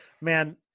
man